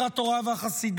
עיר התורה והחסידות?